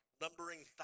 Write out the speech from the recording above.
numbering